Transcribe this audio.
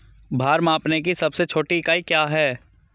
भार मापने की सबसे छोटी इकाई क्या है?